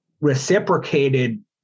reciprocated